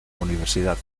universidad